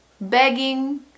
begging